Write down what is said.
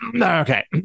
Okay